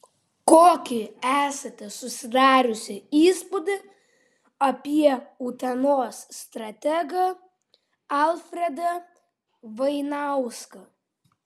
kokį esate susidariusi įspūdį apie utenos strategą alfredą vainauską